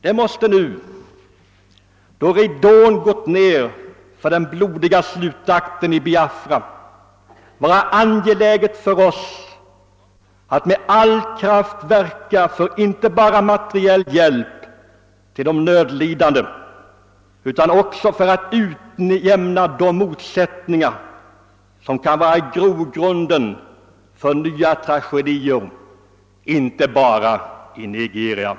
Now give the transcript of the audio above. Nu när ridån har gått ned för den blodiga slutakten i Biafra måste det vara angeläget för oss att med all kraft verka för inte bara materiell hjälp till de nödlidande utan också för att ut jämna de motsättningar som kan utgöra en grogrund för nya tragedier — inte bara i Nigeria.